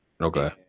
Okay